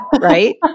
right